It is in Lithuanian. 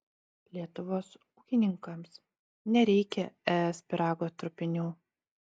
lietuvos ūkininkams nereikia es pyrago trupinių